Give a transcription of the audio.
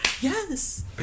Yes